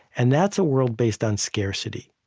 and that's a world based on scarcity.